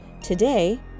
Today